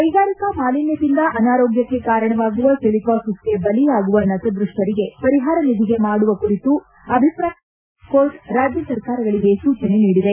ಕೈಗಾರಿಕಾ ಮಾಲಿನ್ಯದಿಂದ ಅನಾರೋಗ್ಯಕ್ಕೆ ಕಾರಣವಾಗುವ ಸಿಲಿಕಾಸಿಸ್ಗೆ ಬಲಿಯಾಗುವ ನತದೃಶ್ಠರಿಗೆ ಪರಿಹಾರ ನಿಗಧಿ ಮಾಡುವ ಕುರಿತು ಅಭಿಪ್ರಾಯ ತಿಳಿಸುವಂತೆ ಸುಪ್ರೀಂಕೋರ್ಟ್ ರಾಜ್ವ ಸರ್ಕಾರಗಳಿಗೆ ಸೂಚನೆ ನೀಡಿದೆ